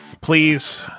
please